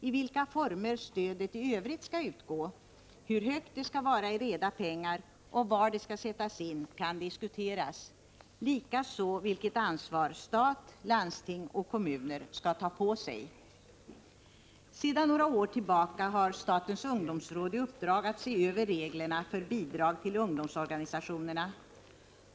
I vilka former stödet i övrigt skall utgå, hur stort det skall vara i reda pengar och var det skall sättas in kan diskuteras, likaså vilket ansvar stat, landsting och kommuner skall ta på sig. Sedan några år tillbaka har statens ungdomsråd i uppdrag att se över reglerna för bidrag till ungdomsorganisationerna.